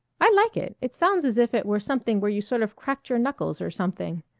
i like it. it sounds as if it were something where you sort of cracked your knuckles or something.